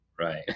Right